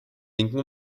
linken